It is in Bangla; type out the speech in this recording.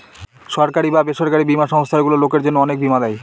সরকারি বা বেসরকারি বীমা সংস্থারগুলো লোকের জন্য অনেক বীমা দেয়